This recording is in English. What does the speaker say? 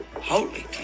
holy